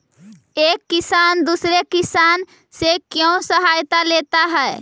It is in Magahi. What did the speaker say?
एक किसान दूसरे किसान से क्यों सहायता लेता है?